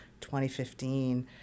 2015